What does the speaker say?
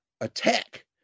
Attack